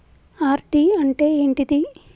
RD అంటే ఏంటిది?